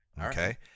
Okay